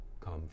come